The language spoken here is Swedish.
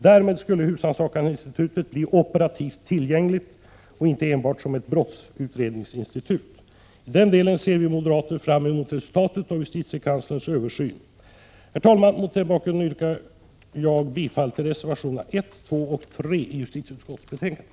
Därmed skulle husrannsakaninstitutet bli operativt tillgängligt och inte enbart vara ett brottsutredningsinstitut. I den delen ser vi moderater fram emot resultatet av justitiekanslerns översyn. Herr talman! Mot bakgrund av vad jag här anfört yrkar jag bifall till reservationerna 1, 2 och 3 i utskottets betänkande.